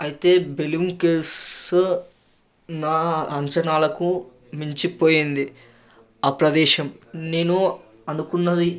అయితే Belum caves so నా అంచనాలకు మించిపోయింది ఆ ప్రదేశం నేను అనుకున్నది